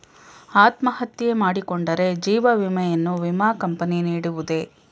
ಅತ್ಮಹತ್ಯೆ ಮಾಡಿಕೊಂಡರೆ ಜೀವ ವಿಮೆಯನ್ನು ವಿಮಾ ಕಂಪನಿ ನೀಡುವುದೇ?